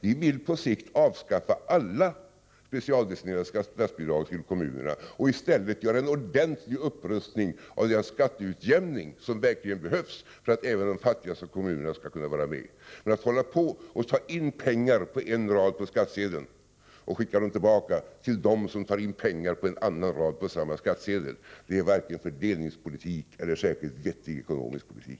Vi vill på sikt avskaffa alla specialdestinerade statsbidrag till kommunerna och i stället göra en ordentlig upprustning av den skatteutjämning som verkligen behövs för att även de fattigaste kommunerna skall kunna vara med. Men att hålla på och ta in pengar på en rad på skattsedeln och skicka pengarna tillbaka till dem som tar in pengar på en annan rad på samma skattsedel är varken fördelningspolitik eller någon särskilt vettig ekonomisk politik.